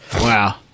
Wow